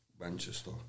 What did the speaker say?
Manchester